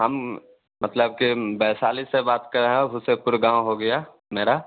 हम मतलब के वैशाली से बात कर रहे हैं हुसेपुर गाँव हो गया मेरा